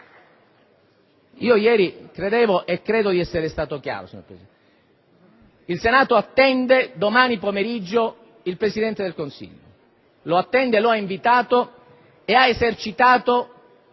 Ieri credevo e credo di essere stato chiaro. Il Senato attende domani pomeriggio il Presidente del Consiglio: lo attende, lo ha invitato e ha esercitato